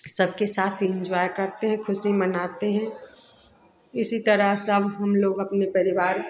सबके साथ एंजॉय करते हैं ख़ुशी मनाते हैं इसी तरह सब हम लोग अपने परिवार